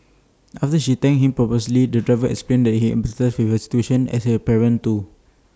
after she thanked him profusely the driver explained that he empathised with her situation as he is A parent too